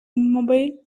immobile